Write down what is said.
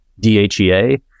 DHEA